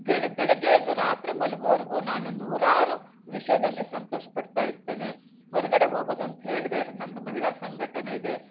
ಬೆಳ್ ಬೆಳಗ್ಗೆ ಎದ್ದು ರಾತ್ರಿ ಮಲಗುವವರೆಗೂ ನಾನು ನೂರಾರು ವಿಷಯದಲ್ಲಿ ಸಂತೋಷಪಡ್ತಾ ಇರ್ತೇನೆ ಹೊರಗಡೆ ಹೋಗುವುದು ಅಂತ ಹೇಳಿದೆ ನಮ್ಮದು ಮಹಿಳಾ ಸಂಘಟನೆ ಇದೆ